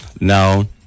Now